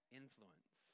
influence